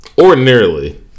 Ordinarily